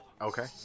Okay